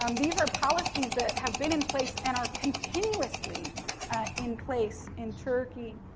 um these are policies that have been in place and are continuously in place in turkey.